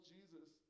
Jesus